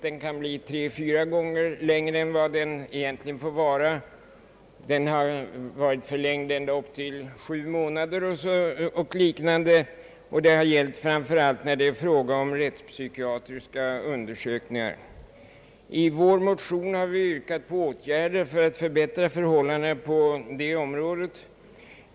Den kan bli tre å fyra gånger längre än vad den egentligen får vara. Den har förlängts ända upp till sju månader och liknande, framför allt när det är fråga om rättspsykiatriska undersökningar. I vår motion har vi yrkat på åtgärder för att förbättra förhållandena på det området.